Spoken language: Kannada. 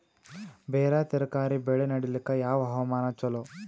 ಬೇರ ತರಕಾರಿ ಬೆಳೆ ನಡಿಲಿಕ ಯಾವ ಹವಾಮಾನ ಚಲೋ?